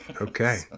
okay